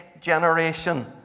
generation